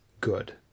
good